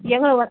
எவ்வளோ